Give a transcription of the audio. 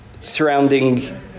surrounding